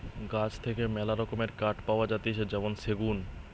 গাছ থেকে মেলা রকমের কাঠ পাওয়া যাতিছে যেমন সেগুন